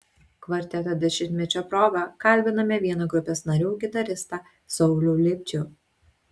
kvarteto dešimtmečio proga kalbiname vieną grupės narių gitaristą saulių lipčių